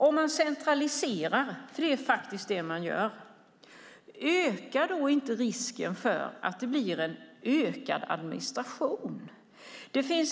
Om man centraliserar, för det är faktiskt det man gör, finns det då inte risk för att administrationen ökar?